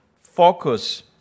focus